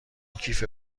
کیف